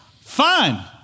Fine